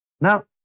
Now